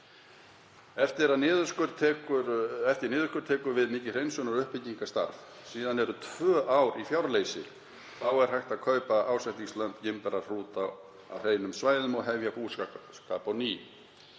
Eftir niðurskurð tekur við mikið hreinsunar- og uppbyggingarstarf. Síðan eru tvö ár í fjárleysi. Þá er hægt að kaupa ásetningslömb, gimbrar og hrúta af hreinum svæðum og hefja búskap á ný.